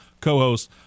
co-host